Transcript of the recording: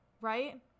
right